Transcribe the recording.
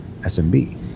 SMB